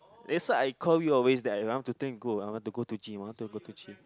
that's why I call you always that I want to go gym I want to go to gym